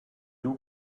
two